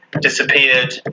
disappeared